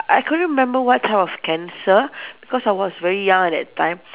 I couldn't remember what type of cancer cause I was very young at that time